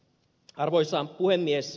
arvoisa puhemies